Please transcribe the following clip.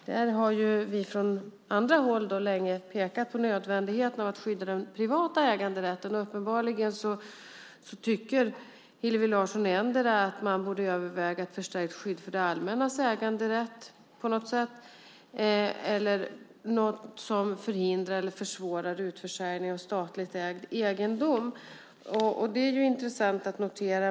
Där har vi från andra håll länge pekat på nödvändigheten av att skydda den privata äganderätten. Och uppenbarligen tycker Hillevi Larsson endera att man borde överväga ett förstärkt skydd för det allmännas äganderätt på något sätt eller något som förhindrar eller försvårar utförsäljning av statligt ägd egendom. Det är intressant att notera.